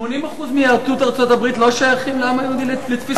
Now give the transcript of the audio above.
80% מיהדות ארצות-הברית לא שייכים לעם היהודי לתפיסתך?